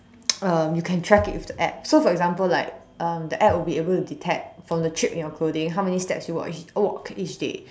um you can track it with the App so for example like um the App will be able to detect from the chip in your clothing how many steps you walk walk each day